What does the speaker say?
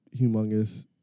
humongous